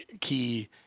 key